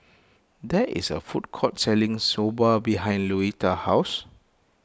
there is a food court selling Soba behind Luetta's house